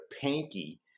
Panky